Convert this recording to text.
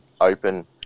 open